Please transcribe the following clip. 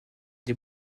des